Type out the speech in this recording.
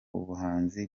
umuhanzi